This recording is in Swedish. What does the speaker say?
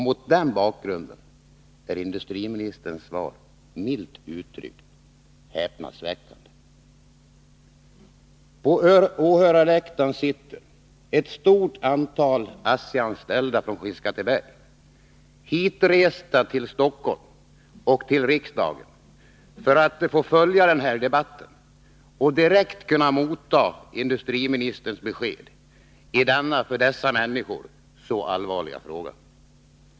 Mot den bakgrunden är industriministerns svar, milt uttryckt, häpnadsväckande. På åhörarläktaren sitter ett stort antal ASSI-anställda från Skinnskatteberg, hitresta till Stockholm och riksdagen för att följa den här debatten och direkt kunna motta industriministerns besked i denna för dessa människor så allvarliga fråga.